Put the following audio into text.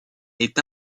est